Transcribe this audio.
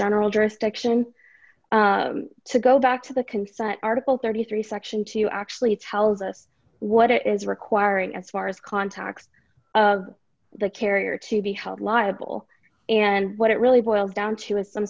general jurisdiction to go back to the consent article thirty three dollars section two actually tells us what it is requiring as far as contacts of the carrier to be held liable and what it really boils down to is some